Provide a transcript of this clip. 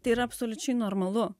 tai yra absoliučiai normalu